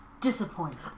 disappointed